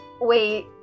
Wait